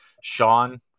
Sean